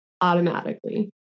automatically